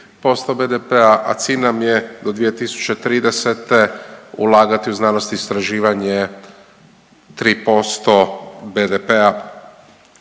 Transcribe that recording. a cilj nam je do 2030. ulagati u znanost i istraživanje 3% BDP-a.